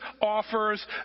offers